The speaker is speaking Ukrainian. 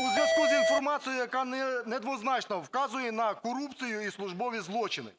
у зв'язку з інформацією, яка недвозначно вказує на корупцію і службові злочини.